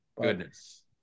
Goodness